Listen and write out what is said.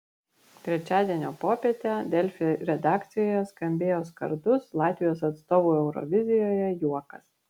trečiadienio popietę delfi redakcijoje skambėjo skardus latvijos atstovų eurovizijoje juokas